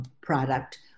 product